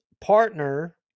partner